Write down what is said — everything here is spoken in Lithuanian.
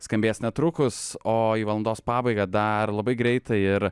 skambės netrukus o į valandos pabaigą dar labai greitai ir